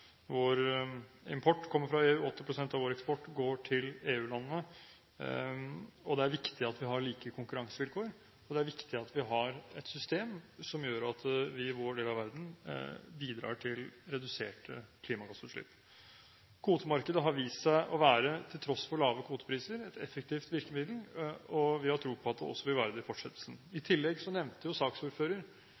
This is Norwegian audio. vår import kommer fra EU, og 80 pst. av vår eksport går til EU-landene. Det er viktig at vi har like konkurransevilkår, og det er viktig at vi har et system som gjør at vi i vår del av verden bidrar til reduserte klimagassutslipp. Kvotemarkedet har, til tross for lave kvotepriser, vist seg å være et effektivt virkemiddel, og vi har tro på at det også vil være det i fortsettelsen. I tillegg nevnte